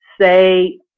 say